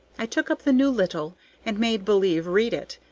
i took up the new littell and made believe read it,